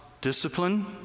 discipline